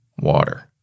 water